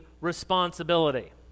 responsibility